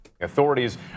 Authorities